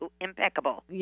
Impeccable